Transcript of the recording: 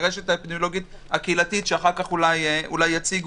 הרשת האפידמיולוגית הקהילתית שאחר כך אולי יציגו.